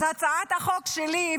אז בהצעת החוק שלי,